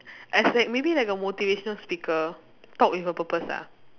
as like maybe like a motivational speaker talk with a purpose ah